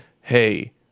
Hey